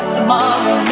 tomorrow